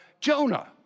Jonah